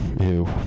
ew